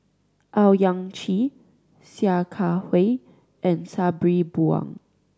Owyang Chi Sia Kah Hui and Sabri Buang